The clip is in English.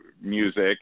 music